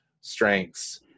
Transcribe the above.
strengths